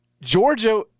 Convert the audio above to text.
Georgia